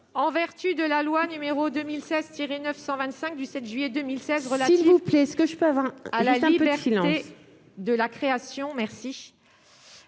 en vertu de la loi n° 2016-925 du 7 juillet 2016 relative à la liberté de la création, à